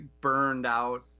burned-out